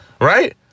right